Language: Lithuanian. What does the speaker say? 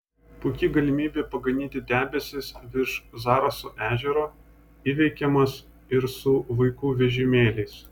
puiki galimybė paganyti debesis virš zaraso ežero įveikiamas ir su vaikų vežimėliais